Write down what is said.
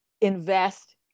invest